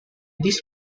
this